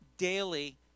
daily